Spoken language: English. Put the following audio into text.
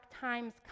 times